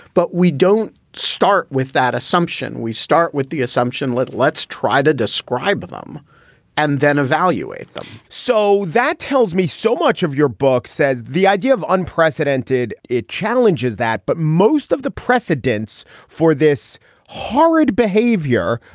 but we don't start with that assumption. we start with the assumption. let's let's try to describe them and then evaluate them so that tells me so much of your book says the idea of unprecedented, it challenges that. but most of the precedents for this horrid behavior,